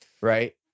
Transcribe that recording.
right